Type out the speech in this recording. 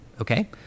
Okay